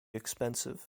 expensive